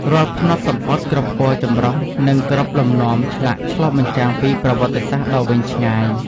រាល់ផ្នត់សំពត់ គ្រប់ពណ៌ចម្រុះ និងគ្រប់លំនាំឆ្លាក់ឆ្លុះបញ្ចាំងពីប្រវត្តិសាស្ត្រដ៏វែងឆ្ងាយ។